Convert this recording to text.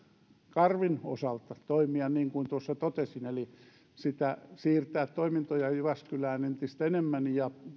karvin osalta toimia niin kuin tuossa totesin eli siirtää toimintoja jyväskylään entistä enemmän ja